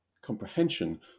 comprehension